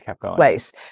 place